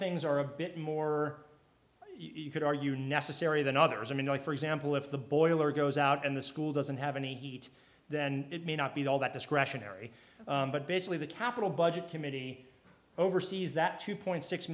things are a bit more you could argue necessary than others i mean like for example if the boiler goes out and the school doesn't have any heat then it may not be all that discretionary but basically the capital budget committee oversees that two point six